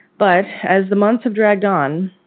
but as the months have dragged on,